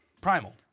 primal